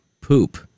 poop